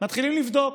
מתחילים לבדוק.